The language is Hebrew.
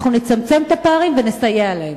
אנחנו נצמצם את הפערים ונסייע להם.